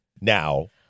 Now